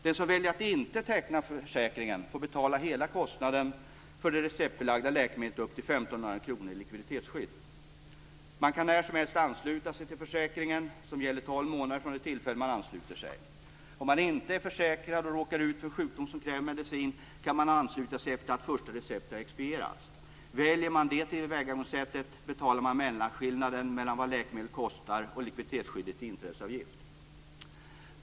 Den som väljer att inte teckna försäkringen får betala hela kostnaden för det receptbelagda läkemedlet upp till 1 500 kr i likviditetsskydd. Man kan när som helst ansluta sig till försäkringen, som gäller tolv månader från det tillfälle man ansluter sig. Om man inte är försäkrad och råkar ut för en sjukdom som kräver mediciner kan man ansluta sig efter det att det första receptet har expedierats. Väljer man detta tillvägagångssätt betalar man mellanskillnaden mellan vad läkemedlet kostade och likviditetsskyddet i inträdesavgift.